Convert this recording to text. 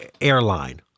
airline